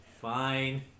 Fine